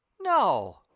No